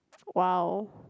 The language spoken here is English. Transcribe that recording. !wow!